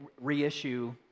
reissue